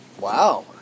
Wow